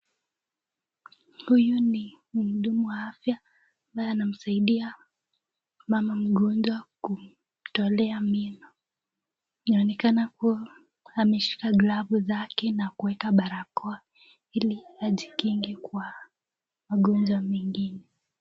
Huyu ni mhudumu wa afya ambaye anamsaidia mama mgonjwa kumtolea meno. Anaonekana kuwa ameshika glavu zake na kuweka barakoa ili ajikinge kwa magonjwa mengine.